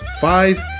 five